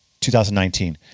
2019